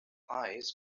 eyes